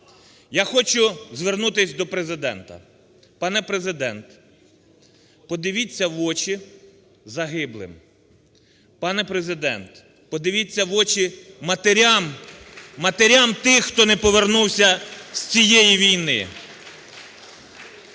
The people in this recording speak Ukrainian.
Я хочу звернутися до Президента. Пане Президент, подивіться в очі загиблим. Пане Президент, подивіться в очі матерям, матерям тих, хто не повернувся з цієї війни.